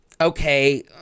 Okay